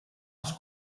les